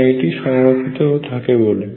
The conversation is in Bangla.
না এটি সংরক্ষিত বলে